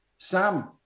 Sam